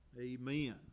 Amen